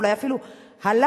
ואולי אפילו הורע,